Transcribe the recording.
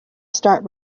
start